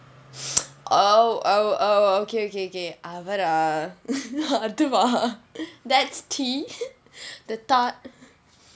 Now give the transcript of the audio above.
oh oh oh oh okay okay okay அவரா அதுவா:avaraa athuvaa that tea the tart